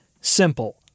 simple